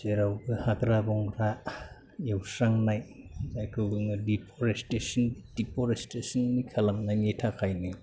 जेराव हाग्रा बंग्रा एवस्रांनाय जायखौ बुङो दिफरेस्टेस'न खालामनायनि थाखायनो